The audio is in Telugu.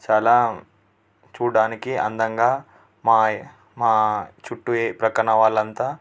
చాలా చూడడానికి అందంగా మా మా చుట్టు ప్రక్కన వాళ్ళు అంతా